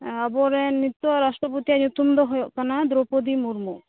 ᱟᱵᱚᱨᱮᱱ ᱱᱤᱛᱚᱜ ᱨᱟᱥᱴᱨᱚᱯᱚᱛᱤᱭᱟᱜ ᱧᱩᱛᱩᱢ ᱫᱚ ᱦᱩᱭᱩᱜ ᱠᱟᱱᱟ ᱫᱨᱚᱣᱯᱚᱫᱤ ᱢᱩᱨᱢᱩ